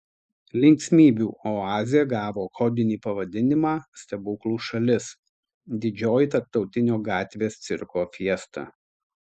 linksmybių oazė gavo kodinį pavadinimą stebuklų šalis didžioji tarptautinio gatvės cirko fiesta